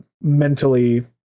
mentally